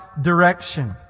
direction